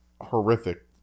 horrific